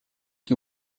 chi